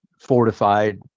fortified